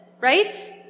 Right